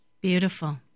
Beautiful